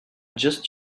just